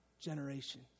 generation